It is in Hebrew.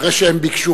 אחרי שהם ביקשו,